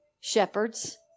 Shepherds